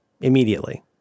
immediately